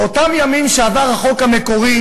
באותם ימים שעבר החוק המקורי,